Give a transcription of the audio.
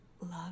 Love